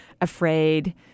afraid